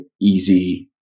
easy